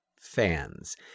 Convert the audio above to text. fans